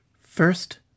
First